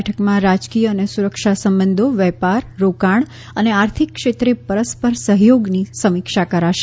બેઠક રાજકીય અને સુરક્ષા સંબંધો વેપાર અને રોકાણ અને આર્થિક ક્ષેત્રે પરસ્પર સહયોગની સમીક્ષા કરશે